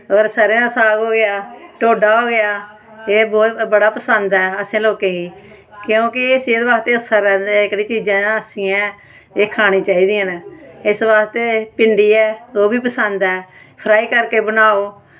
होर सरेआं दा साग होया टोड्डा होया ते एह् बड़ा पसंद ऐ असें लोकें ई क्युंकि एह् सेह्त बास्तै ना एह् चीजां बोह्त अच्छियां न एह् खानी चाही दियां न इस बास्तै भिंडी ऐ ओह्बी पसंद ऐ फ्राई करके बनाओ